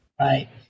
right